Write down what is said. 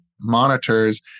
monitors